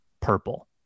purple